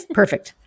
perfect